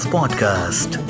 Podcast